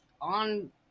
on